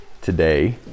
today